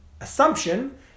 assumption